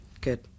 Good